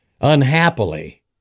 unhappily